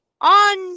on